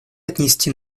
отнести